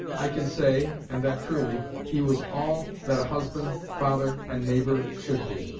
i can say, and that truly, he was all that a husband, father, and neighbor should be,